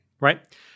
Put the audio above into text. right